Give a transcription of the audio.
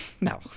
No